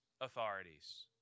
authorities